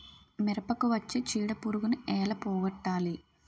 మిరపకు వచ్చే చిడపురుగును ఏల పోగొట్టాలి?